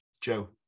Joe